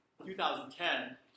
2010